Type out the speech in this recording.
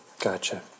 Gotcha